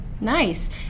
Nice